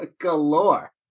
galore